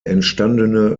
entstandene